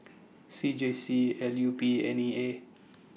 C J C L U P N E A